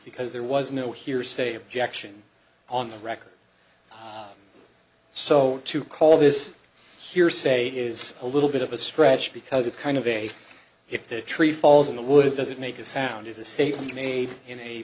because there was no hearsay objection on the record so to call this hearsay is a little bit of a stretch because it's kind of a if the tree falls in the woods does it make a sound is a statement made in a